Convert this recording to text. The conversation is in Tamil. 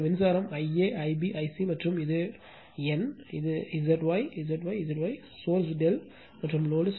இந்த மின்சாரம் I a Ib I c மற்றும் இது N மற்றும் இது Zy Zy Zy சோர்ஸ் ∆ மற்றும் லோடு